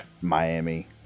Miami